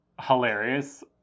hilarious